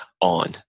on